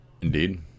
Indeed